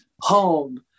home